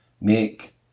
make